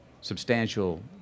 substantial